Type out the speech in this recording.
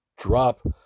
drop